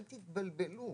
אל תתבלבלו,